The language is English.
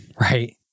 right